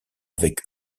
avec